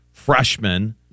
freshman